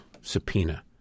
subpoena